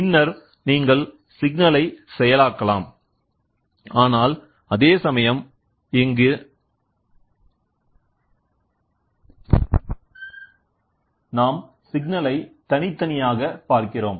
பின்னர் நீங்கள் சிக்னலை செயலாக்கலாம் ஆனால் அதே சமயம் இங்கு நாம் சிக்னலை தனித்தனியாக பார்க்கிறோம்